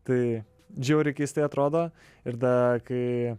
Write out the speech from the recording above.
tai žiauriai keistai atrodo ir da kai